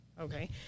okay